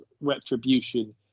retribution